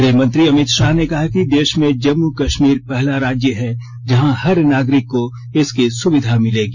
गृहमंत्री अमित शाह ने कहा कि देश में जम्मू कश्मीर पहला राज्य है जहा हर नागरिक को इसकी सुविधा मिलेगी